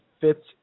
fits